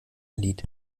lied